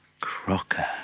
Crocker